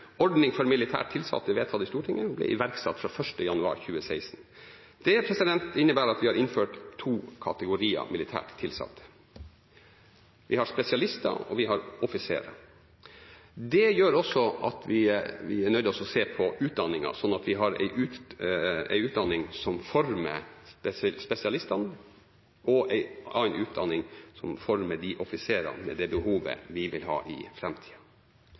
ordning for militært tilsatte er vedtatt i Stortinget og ble iverksatt fra 1. januar 2016. Det innebærer at vi har innført to kategorier av militært tilsatte; vi har spesialister, og vi har offiserer. Det gjør også at vi er nødt til å se på utdanningen, slik at vi har én utdanning som former spesialistene, og en annen utdanning som former offiserene for det behovet vi vil ha i